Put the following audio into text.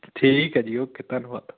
ਠੀਕ ਹੈ ਜੀ ਓਕੇ ਧੰਨਵਾਦ